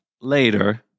later